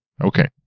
Okay